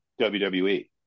WWE